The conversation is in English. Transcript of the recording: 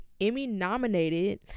Emmy-nominated